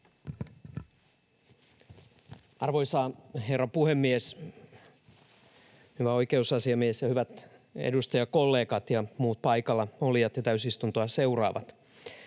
Arvoisa herra puhemies! Hyvä oikeusasiamies ja hyvät edustajakollegat ja muut paikallaolijat ja täysistuntoa seuraavat!